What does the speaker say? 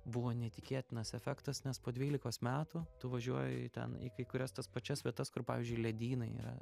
buvo neįtikėtinas efektas nes po dvylikos metų tu važiuoji ten į kai kurias tas pačias vietas kur pavyzdžiui ledynai yra